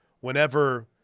whenever –